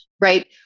right